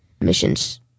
missions